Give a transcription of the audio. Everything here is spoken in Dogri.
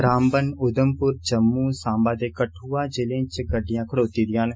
रामबन उधमपुर जम्मू साम्बा ते कठुआ जिले च गड्डियां खडोती दिया न